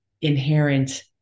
inherent